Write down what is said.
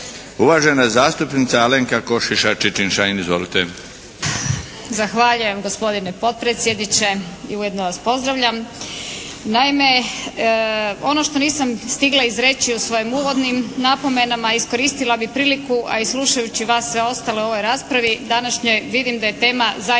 Čičin-Šain, Alenka (HNS)** Zahvaljujem gospodine potpredsjedniče i ujedno vas pozdravljam. Naime, ono što nisam stigla izreći u svojim uvodnim napomenama iskoristila bih priliku, a i slušajući vas sve ostale u ovoj raspravi današnjoj vidim da je tema zaista